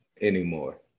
anymore